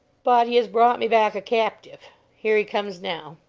but he has brought me back a captive here he comes now!